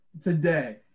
today